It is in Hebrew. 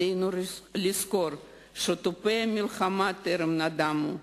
עלינו לזכור שתופי המלחמה טרם נדמו.